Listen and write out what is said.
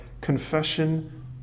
confession